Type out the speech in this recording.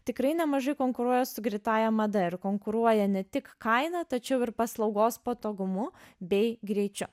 tikrai nemažai konkuruoja su greitąja mada ir konkuruoja ne tik kaina tačiau ir paslaugos patogumu bei greičiu